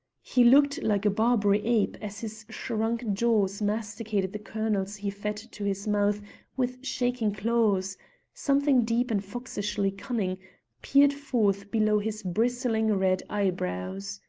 he looked like a barbary ape as his shrunk jaws masticated the kernels he fed to his mouth with shaking claws something deep and foxishly cunning peered forth below his bristling red eyebrows.